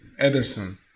Ederson